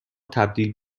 تبدیل